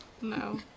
No